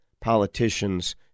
Politicians